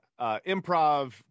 improv